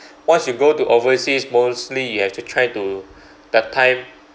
once you go to overseas mostly you have to try to the time